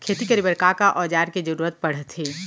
खेती करे बर का का औज़ार के जरूरत पढ़थे?